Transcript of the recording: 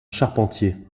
charpentier